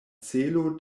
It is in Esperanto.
celo